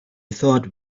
thought